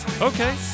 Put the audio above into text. Okay